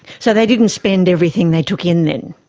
so they didn't spend everything they took in then?